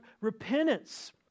repentance